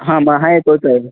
हां मग आहे तोच आहे